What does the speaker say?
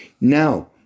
Now